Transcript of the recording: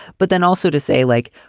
but then also to say, like,